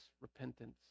repentance